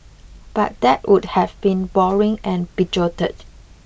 but that would have been boring and bigoted